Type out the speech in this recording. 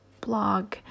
blog